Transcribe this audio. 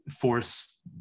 force